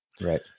right